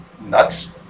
nuts